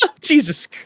jesus